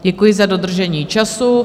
Děkuji za dodržení času.